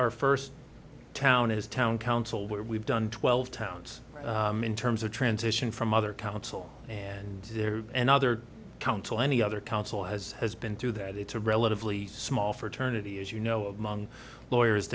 are first town as town council where we've done twelve towns in terms of transition from other council and and other council any other council has has been through that it's a relatively small fraternity as you know among lawyers